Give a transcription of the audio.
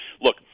look